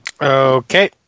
Okay